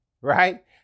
right